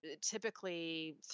typically